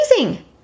amazing